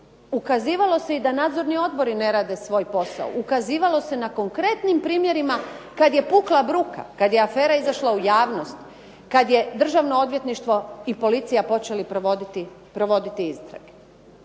Ukazivalo se i da nadzorni odbori ne rade svoj posao, ukazivalo se na konkretnim primjerima kad je pukla bruka, kad je afera izašla u javnost, kad je Državno odvjetništvo i policija počeli provoditi istrage.